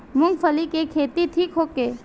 मूँगफली के खेती ठीक होखे?